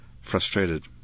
frustrated